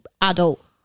adult